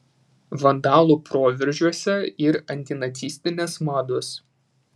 vandalų proveržiuose ir antinacistinės mados